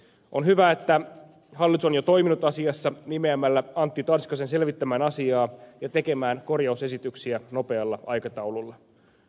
on hyvä että hallitus on jo toiminut asiassa nimeämällä antti tanskasen selvittämään asiaa ja tekemään korjausesityksiä nopealla aikataululla